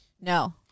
No